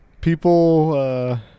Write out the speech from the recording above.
People